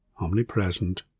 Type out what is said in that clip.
omnipresent